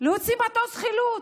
על להוציא מטוס חילוץ.